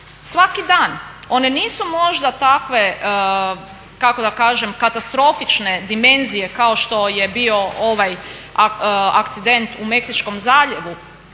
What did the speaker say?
svaki dan. One nisu možda takve kako da kažem katastrofične dimenzije kao što je bio ovaj akcident u Meksičkom zaljevu